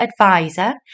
advisor